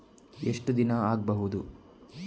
ಎಷ್ಟು ದಿನ ಆಗ್ಬಹುದು?